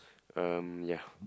um ya